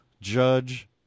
judge